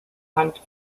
hunt